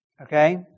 Okay